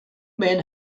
men